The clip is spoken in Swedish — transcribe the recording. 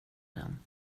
den